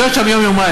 להיות שם יום-יומיים.